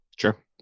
Sure